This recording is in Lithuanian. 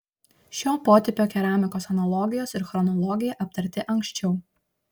šio potipio keramikos analogijos ir chronologija aptarti anksčiau